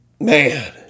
Man